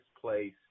place